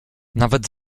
nawet